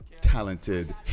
talented